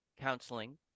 counseling